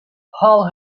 all